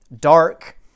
dark